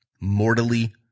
mortally